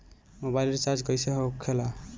Mobile recharge कैसे होखे ला?